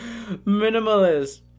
Minimalist